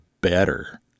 better